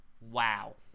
Wow